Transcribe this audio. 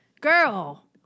Girl